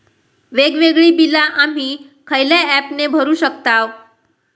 वेगवेगळी बिला आम्ही खयल्या ऍपने भरू शकताव?